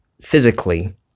physically